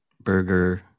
Burger